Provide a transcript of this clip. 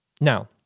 Now